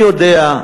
מי יודע,